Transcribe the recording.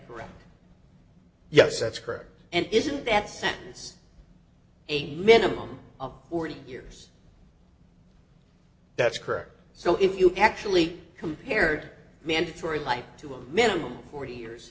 correct yes that's correct and isn't that sentence a minimum of forty years that's correct so if you actually compared mandatory life to a minimum of forty years